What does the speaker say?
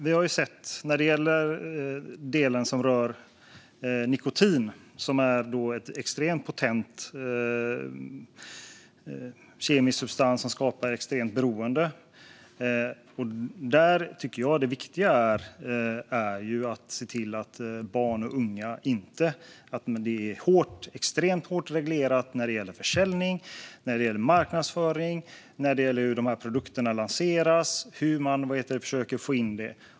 När det gäller delen som rör nikotin, vilket är en extremt potent kemisk substans som skapar ett extremt beroende, tycker jag att det viktiga är att se till att barn och unga inte får tillgång till det. Det ska vara extremt hårt reglerat när det gäller försäljning, när det gäller marknadsföring och när det gäller hur produkterna lanseras - hur man försöker sälja in det.